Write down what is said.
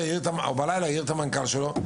ובלילה העיר את המנכ"ל שלו.